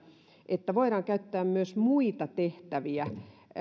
että voidaan käyttää myös muita tehtäviä